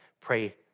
pray